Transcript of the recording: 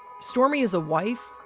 stormie is a wife,